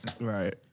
Right